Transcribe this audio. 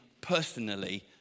personally